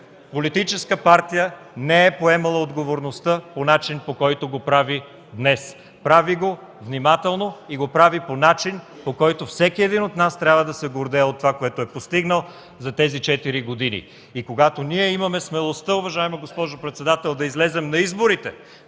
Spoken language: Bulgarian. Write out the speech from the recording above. политическа партия не е поемала отговорността по начин, по който го прави днес – прави го внимателно и по начин, по който всеки един от нас трябва да се гордее от това, което е постигнал за тези четири години. Когато ние имаме смелостта, уважаема госпожо председател, да излезем на извънредни